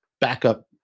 backup